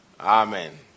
Amen